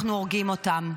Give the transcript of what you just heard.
אנחנו הורגים אותם.